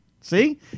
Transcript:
See